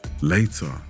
later